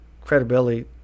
credibility